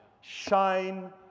shine